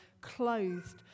clothed